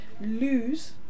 lose